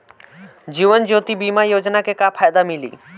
जीवन ज्योति बीमा योजना के का फायदा मिली?